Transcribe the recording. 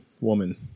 woman